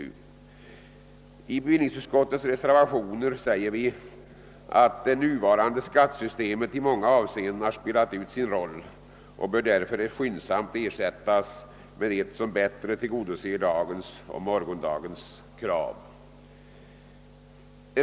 I våra reservationer till bevillningsutskottets betänkande säger vi att det nuvarande skattesystemet i många avseenden har spelat ut sin roll och därför skyndsamt bör ersättas med ett som bättre tillgodoser dagens och morgondagens krav.